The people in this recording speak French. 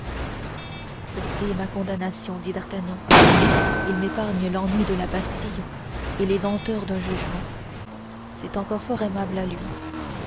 ceci est ma condamnation dit d'artagnan il m'épargne l'ennui de la bastille et les lenteurs d'un jugement c'est encore fort aimable à lui